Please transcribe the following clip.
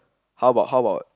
how about how about